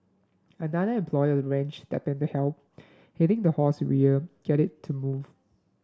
another employee ranch stepped to help hitting the horse rear get it to move